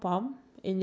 okay